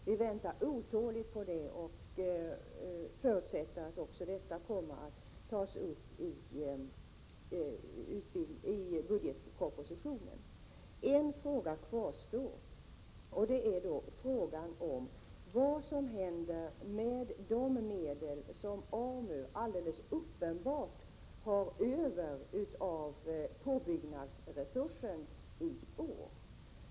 Vi väntar otåligt på det och förutsätter att också detta kommer att tas upp i budgetpropositionen. En fråga kvarstår, och det är vad som händer med de medel som AMU alldeles uppenbart har fått över av påbyggnadsresursen i år.